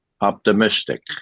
optimistic